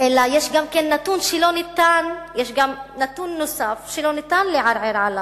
אלא יש גם כן נתון נוסף שלא ניתן לערער עליו,